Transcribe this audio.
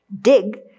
Dig